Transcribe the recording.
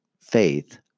faith